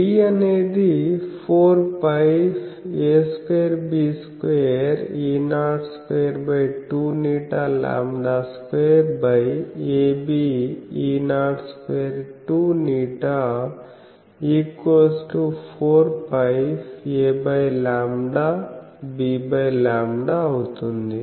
D అనేది 4πa2b2IE0I22ղλ2 abIE0I22ղ 4πaλbλ అవుతుంది